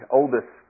oldest